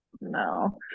No